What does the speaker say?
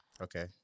Okay